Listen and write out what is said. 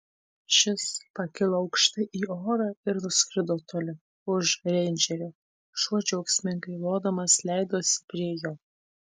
šis pakilo aukštai į orą ir nuskrido toli už reindžerio šuo džiaugsmingai lodamas leidosi prie jo